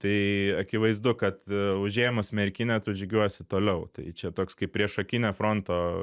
tai akivaizdu kad užėmus merkinę tu žygiuosi toliau tai čia toks kaip priešakinė fronto